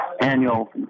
annual